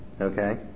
Okay